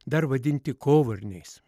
dar vadinti kovarniais